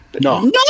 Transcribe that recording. no